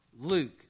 Luke